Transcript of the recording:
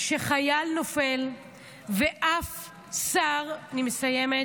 שחייל נופל ואף שר, אני מסיימת,